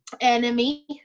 enemy